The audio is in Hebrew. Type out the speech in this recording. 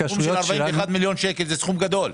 41 מיליון שקל זה סכום גדול.